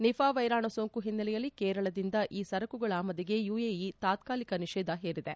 ನಿಘಾ ವೈರಾಣು ಸೋಂಕು ಹಿನ್ನೆಲೆಯಲ್ಲಿ ಕೇರಳದಿಂದ ಈ ಸರಕುಗಳ ಆಮದಿಗೆ ಯುಎಇ ತಾತ್ಕಾಲಿಕ ನಿಷೇಧ ಹೇರಿದೆ